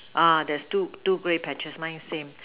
ah there's two two grey patches mine same